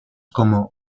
como